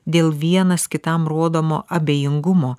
dėl vienas kitam rodomo abejingumo